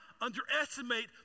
underestimate